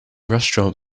restaurant